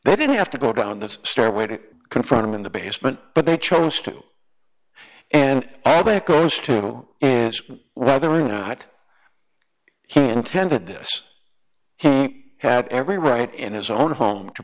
they didn't have to go down the stairway to confront him in the basement but they chose to and all that goes to know is whether or not he intended this he had every right in his own home to